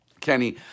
Kenny